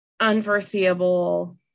unforeseeable